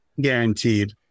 Guaranteed